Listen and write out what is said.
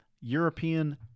European